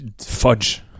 Fudge